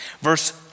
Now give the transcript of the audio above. Verse